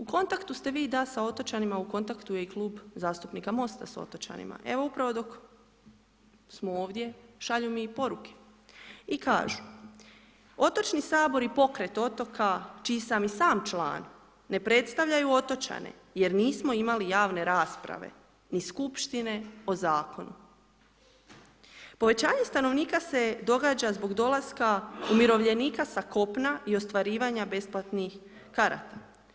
U kontaktu ste vi, da s otočanima, u kontaktu je i Klub zastupnika MOST-a s otočanima, evo upravo dok smo ovdje, šalju mi i poruke, i kažu: „Otočni Sabor i pokret otoka čiji sam i sam član, ne predstavljaju otočane jer nismo imali javne rasprave, ni Skupštine o Zakonu.“ Povećanje stanovnika se događa zbog dolaska umirovljenika sa kopna i ostvarivanja besplatnih karata.